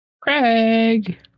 Craig